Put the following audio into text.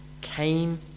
came